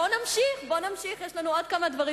בואו נמשיך, יש לנו עוד כמה דברים